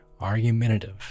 argumentative